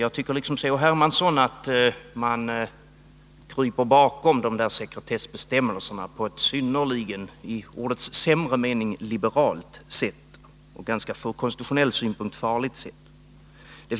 I likhet med Carl-Henrik Hermansson tycker jag att de kryper bakom dessa sekretessbestämmelser på ett synnerligen, i ordets sämre mening, liberalt sätt och på ett från konstitutionell synpunkt farligt sätt.